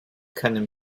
kann